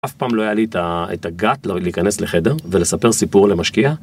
אף פעם לא היה לי את ה-gut להיכנס לחדר ולספר סיפור למשקיע